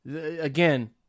again